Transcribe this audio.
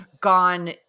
gone